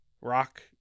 Rock